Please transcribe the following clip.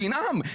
שינאם.